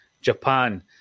Japan